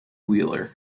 wheeler